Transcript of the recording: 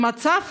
במצב